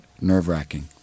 nerve-wracking